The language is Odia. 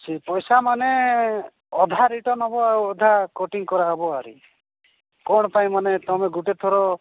ସେ ପଇସା ମାନେ ଅଧା ରିଟର୍ଣ୍ଣ ହେବ ଆଉ ଅଧା କଟିଙ୍ଗ କରାହେବ ଆରୁ କ'ଣପାଇଁ ମାନେ ତମେ ଗୋଟେଥର